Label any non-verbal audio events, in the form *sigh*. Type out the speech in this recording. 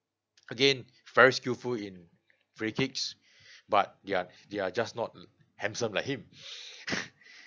again very skillful in free kicks but they're they're just not handsome like him *breath* *laughs*